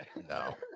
No